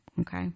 Okay